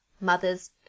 mothers